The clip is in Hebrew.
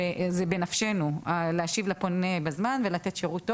זה בנפשנו להשיב לפונה בזמן ולתת שירות טוב,